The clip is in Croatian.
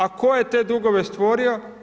A tko je te dugove stvorio?